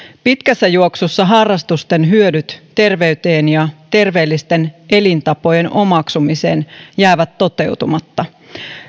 pitkässä juoksussa harrastusten hyödyt terveyden ja terveellisten elintapojen omaksumisen kannalta jäävät toteutumatta